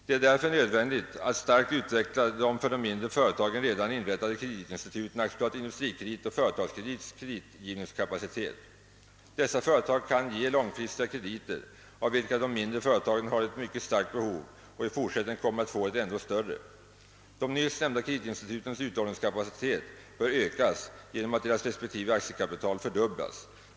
Det är därför nödvändigt att starkt utveckla de för de mindre företagen redan inrättade kreditinstitutens, AB Industrikredit och AB Företagskredit, kreditgivningskapacitet. Dessa företag kan ge långfristiga krediter, av vilka de mindre företagen har ett mycket starkt behov och i fortsättningen kommer att få ett ännu större. De nyss nämnda kreditinstitutens utlåningskapacitet bör ökas genom att deras respektive aktiekapital fördubblas.